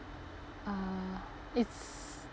uh it's